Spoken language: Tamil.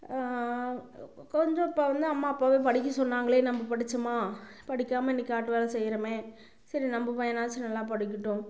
கொஞ்சம் இப்போ வந்து அம்மா அப்போவே படிக்க சொன்னாங்களே நம்ம படித்தோமா படிக்காமல் இன்றைக்கு காட்டு வேலை செய்கிறோமே சரி நம்ம பையனாச்சும் நல்லா படிக்கட்டும்